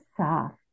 soft